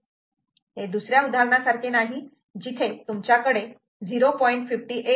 हे दुसऱ्या उदाहरण सारखे नाही जिथे तुमच्याकडे 0